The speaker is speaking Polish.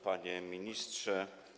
Panie Ministrze!